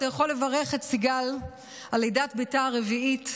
אתה יכול לברך את סיגל על לידת בתה הרביעית,